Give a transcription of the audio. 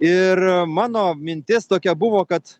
ir mano mintis tokia buvo kad